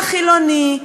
החילוני,